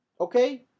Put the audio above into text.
Okay